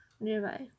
nearby